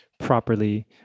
properly